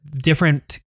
different